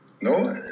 No